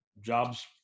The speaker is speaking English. job's